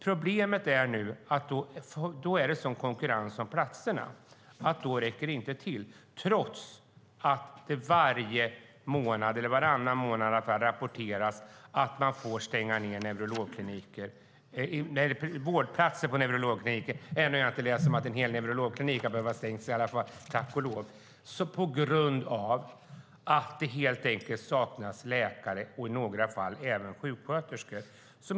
Problemet är dock att det är sådan konkurrens om platserna att de inte räcker till trots att det var eller varannan månad rapporteras att man måste stänga neurologkliniker - eller rättare sagt vårdplatser på neurologkliniker, för ännu har jag inte läst om att en hel neurologklinik har behövt stängas, tack och lov - på grund av att det saknas läkare och i några fall även sjuksköterskor.